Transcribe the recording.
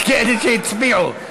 יש שניים כאלה שהצביעו.